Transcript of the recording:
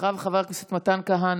ואחריו, חבר הכנסת מתן כהנא.